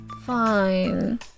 fine